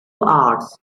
hours